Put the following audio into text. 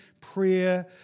prayer